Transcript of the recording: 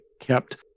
kept